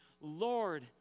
Lord